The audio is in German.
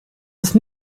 ist